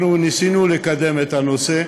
אנחנו ניסינו לקדם את הנושא.